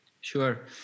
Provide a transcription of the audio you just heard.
Sure